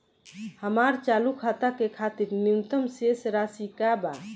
हमार चालू खाता के खातिर न्यूनतम शेष राशि का बा?